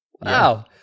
Wow